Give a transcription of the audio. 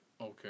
Okay